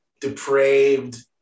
depraved